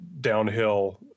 downhill